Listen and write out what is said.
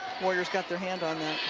warriors got their hand on